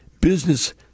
Business